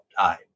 time